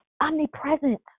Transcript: omnipresent